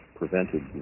prevented